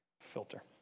filter